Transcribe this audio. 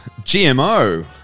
GMO